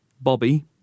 Bobby